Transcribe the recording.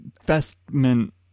investment